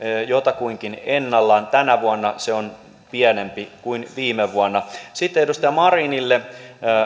jotakuinkin ennallaan tänä vuonna se on pienempi kuin viime vuonna sitten edustaja marinille